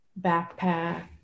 backpack